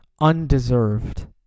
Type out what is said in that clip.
undeserved